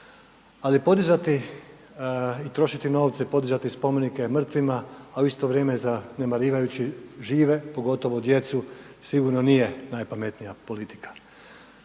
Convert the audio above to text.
Ali podizati i trošiti novce i podizati spomenike mrtvima, a u isto vrijeme zanemarivajući žive, pogotovo djecu, sigurno nije najpametnija politika.